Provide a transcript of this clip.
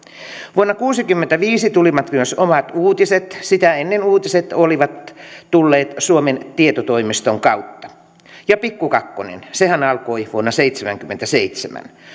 vuonna kuusikymmentäviisi tulivat myös omat uutiset sitä ennen uutiset olivat tulleet suomen tietotoimiston kautta ja pikku kakkonen sehän alkoi vuonna seitsemänkymmentäseitsemän